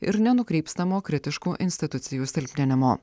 ir nenukrypstamo kritiškų institucijų silpninimo